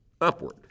upward